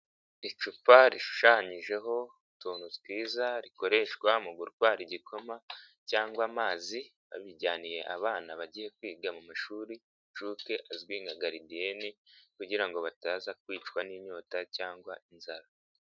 Icupa rishushanyijeho utuntu twiza rikoreshwa mu gutwara igikoma cyangwa amazi babijyaniye abana bagiye kwiga mu mashuri y'inshuke azwi nka garidiyene kugira ngo bataza kwicwa n'inyota cyangwa inzara.